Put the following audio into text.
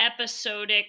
episodic